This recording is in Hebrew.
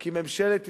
כי ממשלת ישראל,